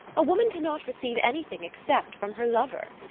a woman cannot receive anything except from her lover.